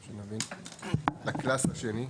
ל"קלאס" השני,